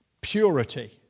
purity